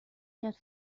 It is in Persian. کرد